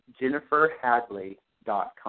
jenniferhadley.com